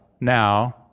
now